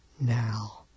now